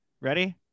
Ready